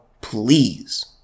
please